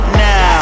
now